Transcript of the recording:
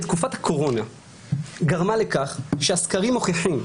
תקופת הקורונה גרמה לכך שהסקרים מוכיחים,